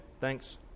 thanks